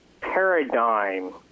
paradigm